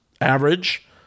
average